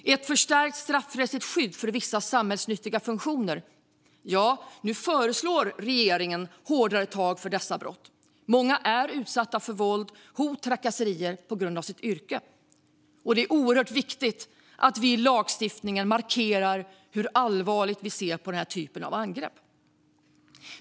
Vad gäller förstärkt straffrättsligt skydd för vissa samhällsnyttiga funktioner föreslår nu regeringen hårdare tag mot dessa brott. Många människor är utsatta för våld, hot och trakasserier på grund av sitt yrke. Det är oerhört viktigt att vi lagstiftare markerar hur allvarligt vi ser på den typen av angrepp.